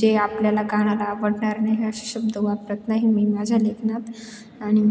जे आपल्याला कानाला आवडणार नाही असे शब्द वापरत नाही मी माझ्या लेखनात आणि